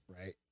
right